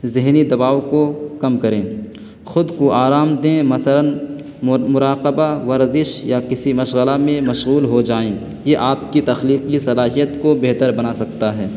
ذہنی دباؤ کو کم کریں خود کو آرام دیں مثلاً مراقبہ ورزش یا کسی مشغلہ میں مشغول ہو جائیں یہ آپ کی تخلیقی صلاحیت کو بہتر بنا سکتا ہے